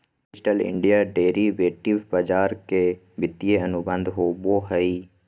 digital India derivative बाजार के वित्तीय अनुबंध होबो हइ